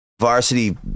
Varsity